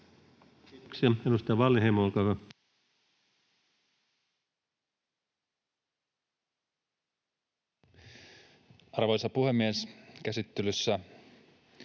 Arvoisa puhemies! Käsittelyssä